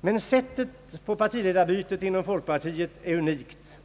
Men sättet för partiledarbytet inom folkpartiet är unikt.